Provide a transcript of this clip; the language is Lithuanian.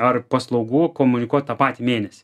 ar paslaugų komunikuot tą patį mėnesį